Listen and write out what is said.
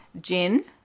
gin